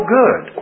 good